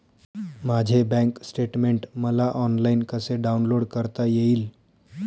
माझे bank statement मला online कसे डाउनलोड करता येईल?